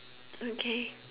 okay